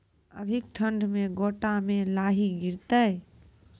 अधिक ठंड मे गोटा मे लाही गिरते?